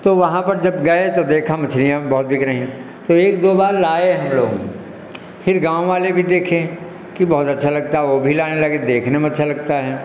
तो वहाँ पर जब गए तो देखा मछलियाँ बहुत बिक रही हैं तो एक दो बार लाए हम लोग फिर गाँव वाले भी देखे कि बहुत अच्छा लगता है वह भी लाने लगे देखने में वह अच्छा लगता है